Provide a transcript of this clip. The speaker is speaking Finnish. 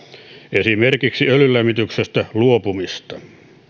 esimerkiksi öljylämmityksestä luopumista